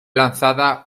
lanzada